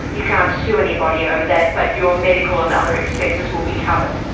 you can't sue anybody over that but your medical and other expenses will be covered.